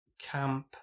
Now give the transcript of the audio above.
camp